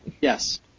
Yes